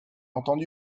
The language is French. entendu